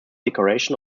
decoration